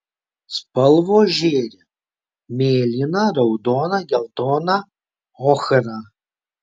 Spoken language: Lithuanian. spalvos žėri mėlyna raudona geltona ochra